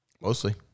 Mostly